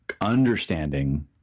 understanding